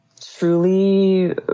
truly